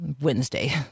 Wednesday